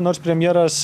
nors premjeras